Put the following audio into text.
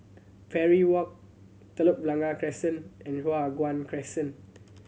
Parry Walk Telok Blangah Crescent and Hua Guan Crescent